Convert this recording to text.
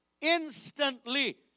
instantly